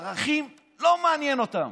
ערכים לא מעניינים אותם.